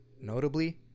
notably